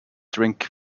drink